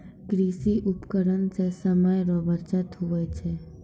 कृषि उपकरण से समय रो बचत हुवै छै